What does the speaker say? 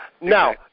Now